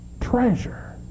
treasure